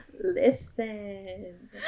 listen